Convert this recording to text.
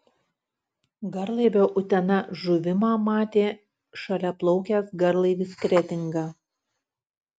garlaivio utena žuvimą matė šalia plaukęs garlaivis kretinga